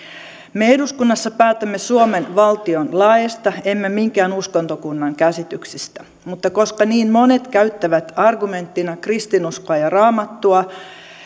me eduskunnassa päätämme suomen valtion laeista emme minkään uskontokunnan käsityksistä mutta koska niin monet käyttävät argumenttina kristinuskoa ja raamattua